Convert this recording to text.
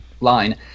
line